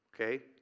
okay